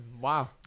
Wow